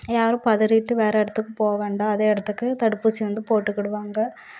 எல்லாரும் பதறிகிட்டு வேறு இடத்துக்கு போ வேண்டாம் அதே இடத்துக்கு தடுப்பூசி வந்து போட்டுக்கிடுவாங்க